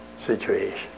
situation